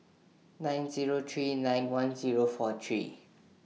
nine Zero three nine one Zero four three